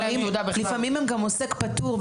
לפעמים הם גם עוסק פטור.